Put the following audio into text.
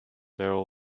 merrill